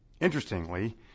Interestingly